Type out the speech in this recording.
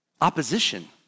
Opposition